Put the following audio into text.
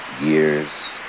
years